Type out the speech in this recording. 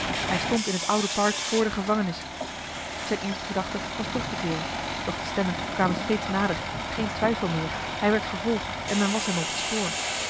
hij stond in het oude park vr de gevangenis zijne eerste gedachte was terug te keeren doch de stemmen kwamen steeds nader geen twijfel meer hij werd vervolgd en men was hem op het spoor